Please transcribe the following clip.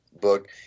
book